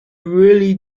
really